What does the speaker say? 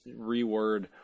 reword